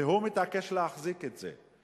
והוא מתעקש להחזיק את זה,